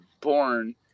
born